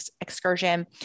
excursion